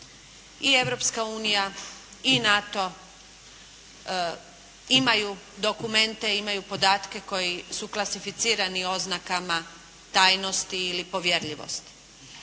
i Europska unija i nato imaju dokumente, imaju podatke koji su klasificirani oznakama tajnosti ili povjerljivosti.